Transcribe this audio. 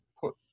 put